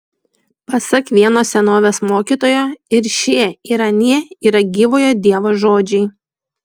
pasak vieno senovės mokytojo ir šie ir anie yra gyvojo dievo žodžiai